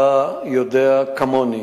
אתה יודע כמוני